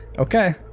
Okay